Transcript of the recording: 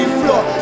floor